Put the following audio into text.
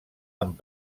amb